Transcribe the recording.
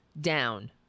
down